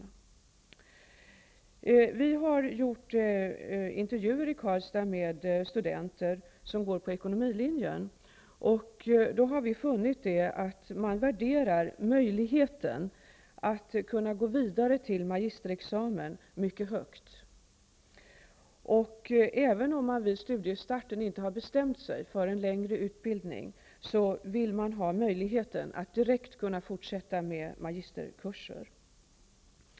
Vi har i Karlstad gjort intervjuer med studenter som går på ekonomilinjen. Då har vi funnit att man värderar möjligheten att fortsätta vidare till magisterexamen mycket högt. Även om man vid studiestarten inte har bestämt sig för en längre utbildning, vill man att det finns möjlighet att direkt få fortsätta med magisterkurser.